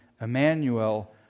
Emmanuel